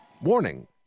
Warning